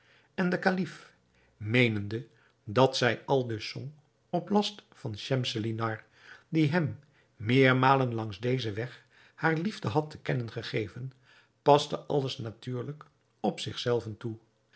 en de kalif meenende dat zij aldus zong op last van schemselnihar die hem meermalen langs dezen weg hare liefde had te kennen gegeven paste alles natuurlijk op zich zelven toe